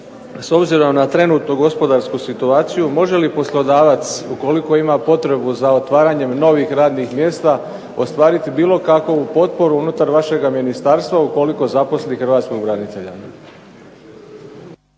s obzirom na trenutnu gospodarsku situaciju može li poslodavac ukoliko ima potrebu za otvaranjem novih radnih mjesta ostvariti bilo kakvu potporu unutar vašega ministarstva ukoliko zaposli hrvatskog branitelja.